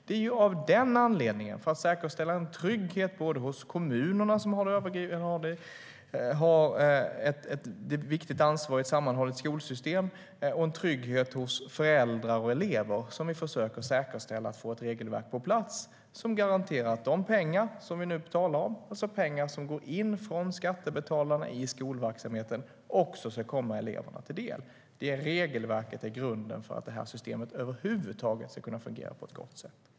Det är av den anledningen - det handlar om att säkerställa en trygghet hos kommunerna, som har ett viktigt ansvar i ett sammanhållet skolsystem, och en trygghet hos föräldrar och elever - som vi försöker få ett regelverk på plats som garanterar att de pengar som vi nu talar om, alltså pengar som går in från skattebetalarna i skolverksamheten, ska komma eleverna till del. Det regelverket är grunden för att systemet över huvud taget ska kunna fungera på ett gott sätt.